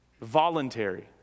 voluntary